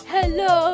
Hello